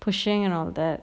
pushing and all that